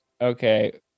Okay